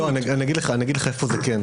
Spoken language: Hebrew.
אני אגיד לך איפה זה כן,